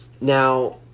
Now